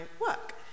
work